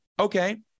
Okay